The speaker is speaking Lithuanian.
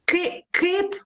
kai kaip